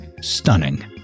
stunning